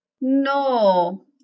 no